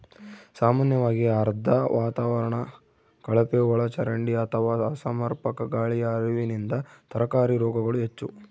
ಸಾಮಾನ್ಯವಾಗಿ ಆರ್ದ್ರ ವಾತಾವರಣ ಕಳಪೆಒಳಚರಂಡಿ ಅಥವಾ ಅಸಮರ್ಪಕ ಗಾಳಿಯ ಹರಿವಿನಿಂದ ತರಕಾರಿ ರೋಗಗಳು ಹೆಚ್ಚು